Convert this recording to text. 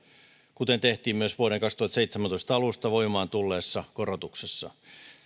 kuten tehtiin myös vuoden kaksituhattaseitsemäntoista alusta voimaan tulleessa korotuksessa